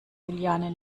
juliane